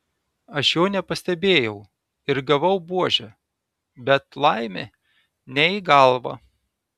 aš jo nepastebėjau ir gavau buože bet laimė ne į galvą